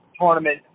tournament